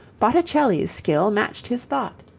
botticelli's skill matched his thought.